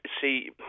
see